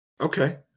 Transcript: okay